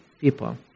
people